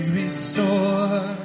restore